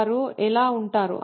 వారు ఎలా ఉంటారు